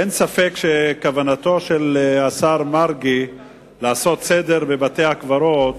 אין ספק שכוונתו של השר מרגי היא לעשות סדר בבתי-הקברות